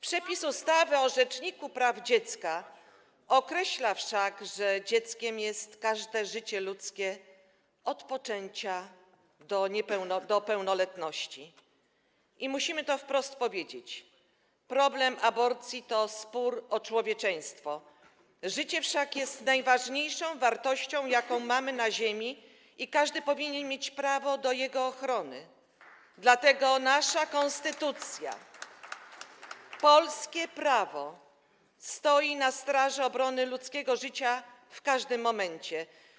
Przepis ustawy o rzeczniku praw dziecka określa wszak, że dzieckiem jest każde życie ludzkie od poczęcia do pełnoletności, i musimy to wprost powiedzieć: problem aborcji to spór o człowieczeństwo, życie wszak jest najważniejszą wartością, jaką mamy na ziemi, i każdy powinien mieć prawo do jego ochrony, dlatego nasza konstytucja, polskie prawo stoi na straży ludzkiego życia w każdym momencie.